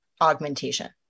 augmentation